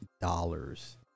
dollars